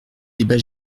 débat